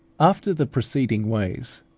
after the preceding ways,